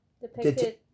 depicted